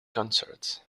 concerts